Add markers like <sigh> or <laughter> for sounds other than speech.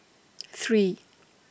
<noise> three